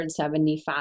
175